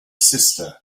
sister